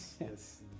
yes